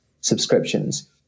subscriptions